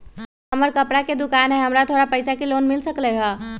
हमर कपड़ा के दुकान है हमरा थोड़ा पैसा के लोन मिल सकलई ह?